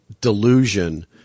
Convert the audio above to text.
delusion